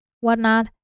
whatnot